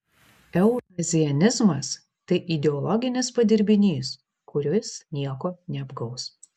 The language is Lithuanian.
eurazianizmas tai ideologinis padirbinys kuris nieko neapgaus